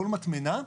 כל מטמנה,